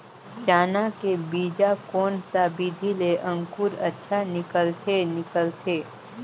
चाना के बीजा कोन सा विधि ले अंकुर अच्छा निकलथे निकलथे